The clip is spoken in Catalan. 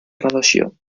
graduació